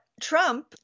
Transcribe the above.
Trump